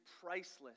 priceless